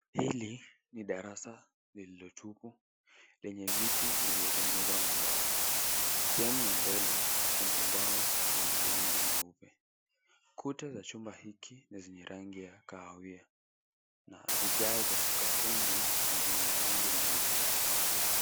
Hili ni darasa lililotupu lenye viti vilivyotengenezwa na mbao. Sehemu ya mbele kuna ubao wenye rangi nyeupe. Kuta za chumba hiki ni zenye rangi ya kahawia na vigae vya sakafuni ni venye rangi nyeupe.